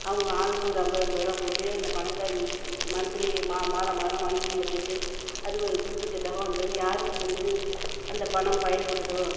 அவங்க ஆளுக்கு ஒரு ஐம்பது ஐம்பதுரூவா போட்டு அந்த பணத்தை மன்த்லி மாதம் மாதம் வங்கியில் போட்டு அது ஒரு குறிப்பிட்ட தொகை வந்ததும் யாருக்கு வந்து அந்த பணம் பயன்படுதோ